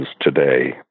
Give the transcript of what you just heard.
today